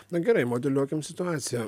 na gerai modeliuokim situaciją